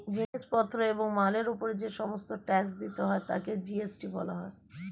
জিনিস পত্র এবং মালের উপর যে সমস্ত ট্যাক্স দিতে হয় তাকে জি.এস.টি বলা হয়